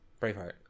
Braveheart